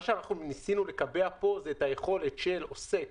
מה שניסינו לקבע פה זה את היכולת של עוסק